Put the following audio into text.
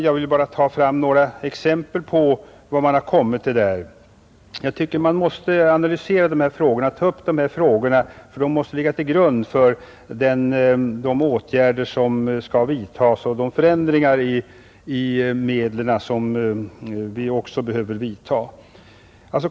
Jag vill bara ta fram några exempel på vad man kommit till. Jag tycker att man bör ta upp de här frågorna, ty de måste ligga till grund för de åtgärder som skall vidtas och de förändringar i medlen som vi också behöver vidta.